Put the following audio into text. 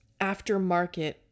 aftermarket